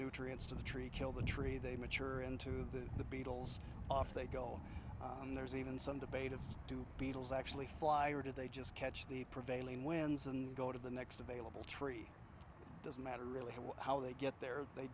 nutrients to the tree kill the tree they mature into the the beatles off they go and there's even some debate of do beetles actually fly or do they just catch the prevailing winds and go to the next available tree doesn't matter really how they get there they